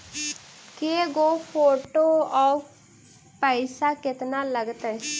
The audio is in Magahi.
के गो फोटो औ पैसा केतना लगतै?